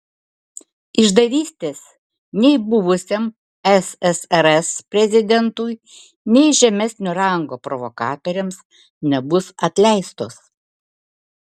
išdavystės nei buvusiam ssrs prezidentui nei žemesnio rango provokatoriams nebus atleistos